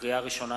לקריאה ראשונה,